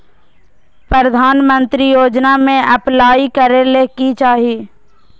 प्रधानमंत्री योजना में अप्लाई करें ले की चाही?